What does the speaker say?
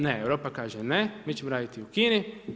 Ne, Europa kaže ne, mi ćemo raditi u Kini.